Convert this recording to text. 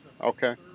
Okay